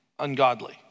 ungodly